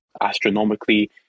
astronomically